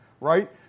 right